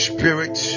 Spirit